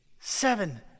Seven